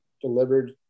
delivered